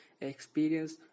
experience